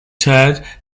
tired